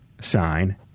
sign